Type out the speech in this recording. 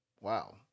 wow